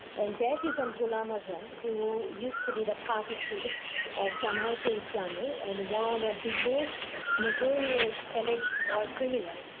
and that is on ghulam azam who used to be the party chief of jamaat-e-islami and one of the most notorious alleged war criminals.